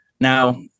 Now